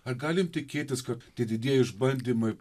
ar galim tikėtis kad tie didieji išbandymai